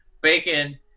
bacon